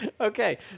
Okay